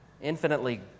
infinitely